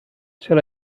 چرا